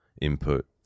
input